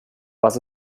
was